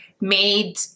made